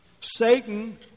Satan